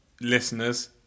listeners